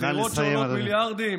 בחירות שעולות מיליארדים?